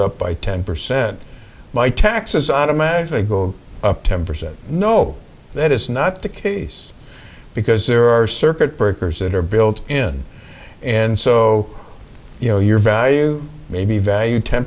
up by ten percent my taxes on a magic go up ten percent no that is not the case because there are circuit breakers that are built in and so you know your value maybe value ten